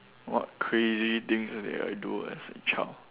what crazy things did I do as a child